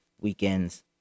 Weekends